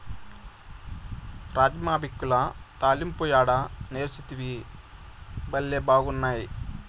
రాజ్మా బిక్యుల తాలింపు యాడ నేర్సితివి, బళ్లే బాగున్నాయి